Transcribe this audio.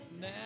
now